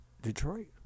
Detroit